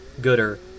gooder